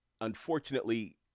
unfortunately